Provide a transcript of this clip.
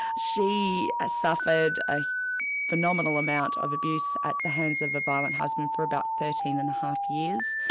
she ah suffered a phenomenal amount of abuse at the hands of a violent husband for about thirteen and a half years.